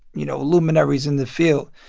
you know, luminaries in the field.